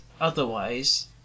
otherwise